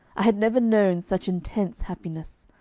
i had never known such intense happiness.